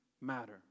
matter